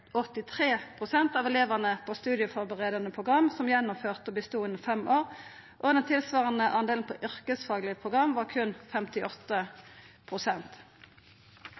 av elevane på studieførebuande program som gjennomførte og bestod innan fem år. Den tilsvarande delen på yrkesfaglege program var